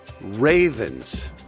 ravens